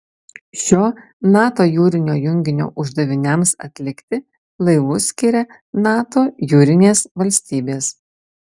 šio nato jūrinio junginio uždaviniams atlikti laivus skiria nato jūrinės valstybės